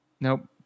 Nope